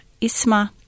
Isma